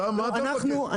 מה אתה מבקש?